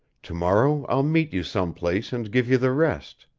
to-morrow i'll meet you some place and give you the rest.